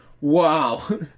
Wow